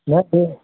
নাই